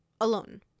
alone